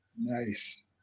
Nice